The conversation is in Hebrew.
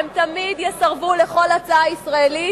הם תמיד יסרבו לכל הצעה ישראלית,